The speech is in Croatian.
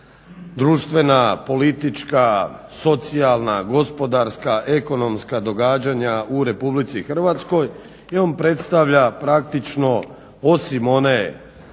društvena, politička, socijalna, gospodarska, ekonomska događanja u RH i on predstavlja praktično osim one